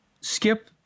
Skip